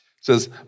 says